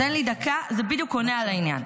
תן לי דקה, זה בדיוק עונה על העניין.